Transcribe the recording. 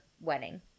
wedding